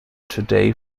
today